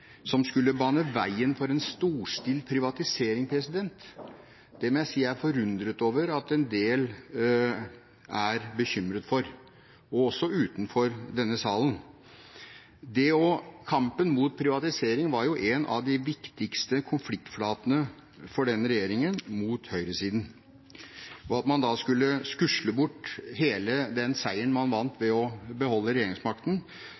som skulle bane veien for en storstilt privatisering, må jeg si jeg er forundret over at en del er bekymret for, også utenfor denne salen. Kampen mot privatisering var jo en av de viktigste konfliktflatene for den regjeringen mot høyresiden, og at man da skulle skusle bort hele den seieren man vant ved å beholde regjeringsmakten,